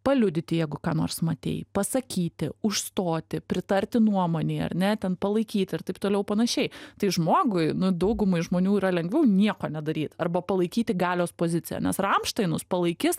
paliudyti jeigu ką nors matei pasakyti užstoti pritarti nuomonei ar net ten palaikyti ir taip toliau panašiai tai žmogui nu daugumai žmonių yra lengviau nieko nedaryt arba palaikyti galios poziciją nes ramšteinus palaikis